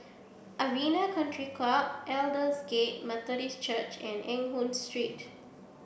Arena Country Club Aldersgate Methodist Church and Eng Hoon Street